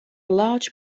large